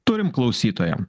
turim klausytoją